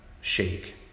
shake